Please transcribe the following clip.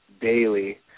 daily